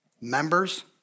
members